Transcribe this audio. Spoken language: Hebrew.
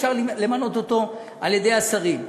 אפשר למנות אותו על-ידי השרים.